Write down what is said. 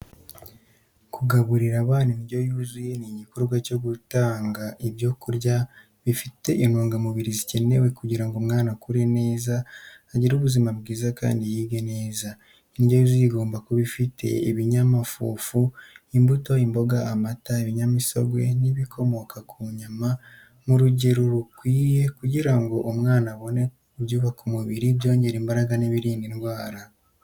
Kugaburira abana indyo yuzuye ni igikorwa cyo gutanga ibyo kurya bifite intungamubiri zikenewe kugira ngo umwana akure neza, agire ubuzima bwiza, kandi yige neza. Indyo yuzuye igomba kuba ifite ibinyamafufu, imbuto, imboga, amata, ibinyamisogwe, n’ibikomoka ku nyama mu rugero rukwiye, kugira ngo umwana abone ibyubaka umubiri, ibyongera imbaraga, n’ibirinda indwara.